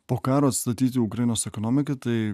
po karo statyti ukrainos ekonomiką tai